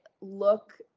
look